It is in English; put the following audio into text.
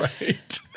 Right